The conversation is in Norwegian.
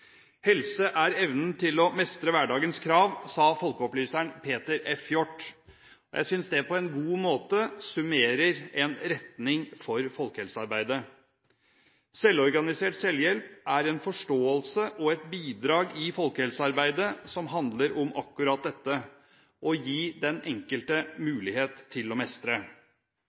Helse er evnen til å mestre hverdagens krav, sa folkeopplyseren Peter F. Hjort. Jeg synes det på en god måte summerer en retning for folkehelsearbeidet. Selvorganisert selvhjelp er en forståelse og et bidrag i folkehelsearbeidet som handler om akkurat dette, å gi den enkelte mulighet til å mestre.